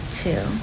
two